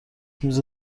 میز